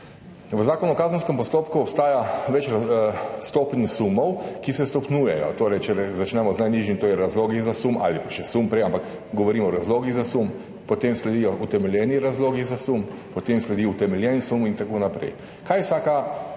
V Zakonu o kazenskem postopku obstaja več stopenj sumov, ki se stopnjujejo. Torej, če začnemo z najnižjimi, to so razlogi za sum ali pa še sum prej, ampak govorimo o razlogih za sum, potem sledijo utemeljeni razlogi za sum, potem sledi utemeljen sum in tako naprej. Kaj vsaka stopnja